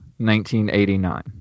1989